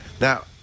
now